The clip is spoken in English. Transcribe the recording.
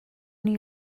new